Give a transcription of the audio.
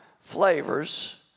flavors